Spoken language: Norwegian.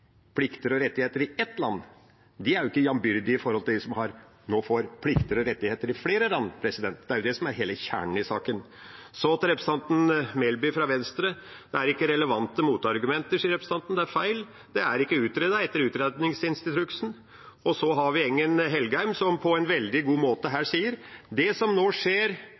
land, ikke er jambyrdige i forhold til dem som nå får plikter og rettigheter i flere land. Det er jo hele kjernen i saken. Så til representanten Melby fra Venstre: Det er ikke relevante motargumenter, sier hun. Det er feil. Det er ikke utredet etter utredningsinstruksen. Så har vi Engen-Helgheim som på en veldig god måte her sier at det som nå skjer,